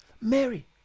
Mary